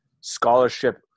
scholarship